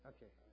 Okay